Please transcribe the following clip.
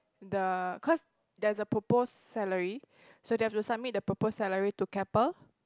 the cause there's a proposed salary so they have to submit the proposed salary to Keppel